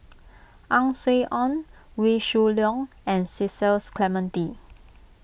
Ang Swee Aun Wee Shoo Leong and Cecil Clementi